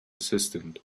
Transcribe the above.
assistant